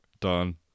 done